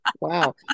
Wow